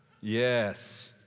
Yes